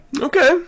Okay